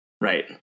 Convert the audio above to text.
Right